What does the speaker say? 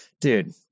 dude